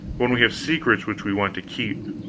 when we have secrets which we want to keep.